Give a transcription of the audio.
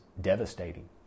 devastating